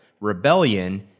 Rebellion